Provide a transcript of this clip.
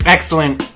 Excellent